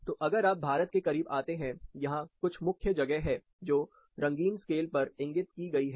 तो अगर आप भारत के करीब आते हैं यहां कुछ मुख्य जगह हैं जो रंगीन स्केल पर इंगित की गई है